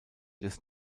des